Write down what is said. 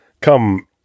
Come